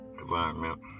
environment